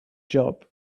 job